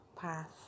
path